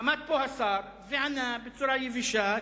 עמד פה השר וענה בצורה יבשה,